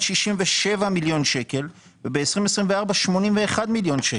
67 מיליון שקלים וב-2024 אתם רוצים 81 מיליון שקלים.